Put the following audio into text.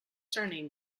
surname